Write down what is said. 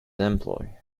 employ